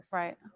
right